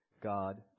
God